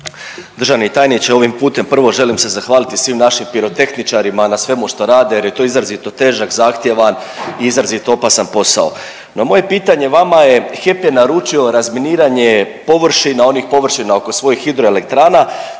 Državni tajniče ovim putem prvo želim se zahvaliti svim našim pirotehničarima na svemu što rade jer je to izrazito težak, zahtjevan i izrazito opasan posao. No, moje pitanje vama je HEP je naručio razminiranje površina, onih površina oko svojih hidroelektrana